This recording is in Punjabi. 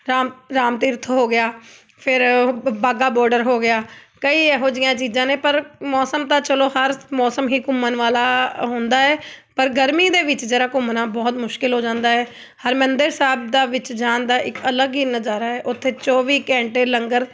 ਰਾਮ ਰਾਮ ਤੀਰਥ ਹੋ ਗਿਆ ਫਿਰ ਵਾਹਗਾ ਬਾਰਡਰ ਹੋ ਗਿਆ ਕਈ ਇਹੋ ਜਿਹੀਆਂ ਚੀਜ਼ਾਂ ਨੇ ਪਰ ਮੌਸਮ ਤਾਂ ਚਲੋ ਹਰ ਮੌਸਮ ਹੀ ਘੁੰਮਣ ਵਾਲਾ ਹੁੰਦਾ ਹੈ ਪਰ ਗਰਮੀ ਦੇ ਵਿੱਚ ਜ਼ਰਾ ਘੁੰਮਣਾ ਬਹੁਤ ਮੁਸ਼ਕਲ ਹੋ ਜਾਂਦਾ ਹੈ ਹਰਿਮੰਦਰ ਸਾਹਿਬ ਦਾ ਵਿੱਚ ਜਾਣ ਦਾ ਇੱਕ ਅਲੱਗ ਹੀ ਨਜ਼ਾਰਾ ਹੈ ਉੱਥੇ ਚੌਵੀ ਘੰਟੇ ਲੰਗਰ